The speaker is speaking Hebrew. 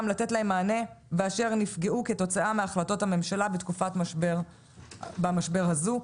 לתת להם מענה באשר הם נפגעו מהחלטות הממשלה בתקופת המשבר הזו.